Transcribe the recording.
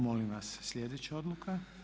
Molim vas sljedeća odluka.